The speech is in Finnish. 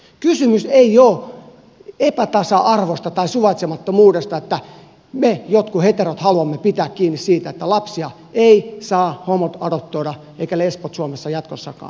kysymys ei ole epätasa arvosta tai suvaitsemattomuudesta siitä että me jotkut heterot haluamme pitää kiinni siitä että lapsia eivät saa homot eivätkä lesbot adoptoida suomessa jatkossakaan